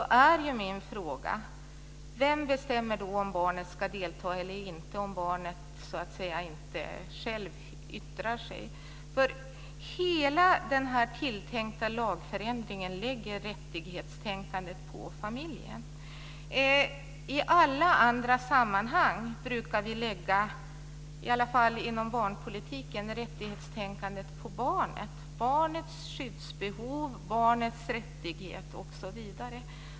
Min fråga blir då: Vem bestämmer om barnet ska delta eller inte, om barnet inte själv yttrar sig? Hela den tilltänkta lagstiftningen lägger rättigheterna hos familjen. I alla andra sammanhang, i varje fall inom barnpolitiken, brukar vi lägga rättigheterna hos barnet och tänka på barnets skyddsbehov, rättigheter osv.